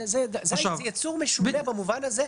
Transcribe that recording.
זה יצור משונה במובן הזה.